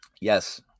Yes